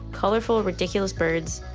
colorful ridiculous birds.